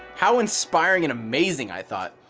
how inspiring and amazing i thought.